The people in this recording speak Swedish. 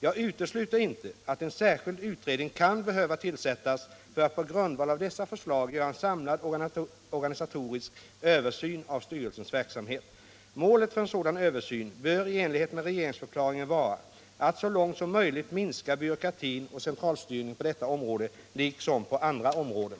Jag utesluter inte att en särskild utredning kan behöva tillsättas för att på grundval av dessa förslag göra en samlad organisatorisk översyn av styrelsens verksamhet. Målet för en sådan översyn bör i enlighet med regeringsförklaringen vara att så långt som möjligt minska byråkratin och centralstyrningen på detta område liksom på andra områden.